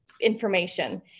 information